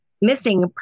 missing